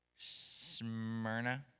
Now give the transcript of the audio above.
Smyrna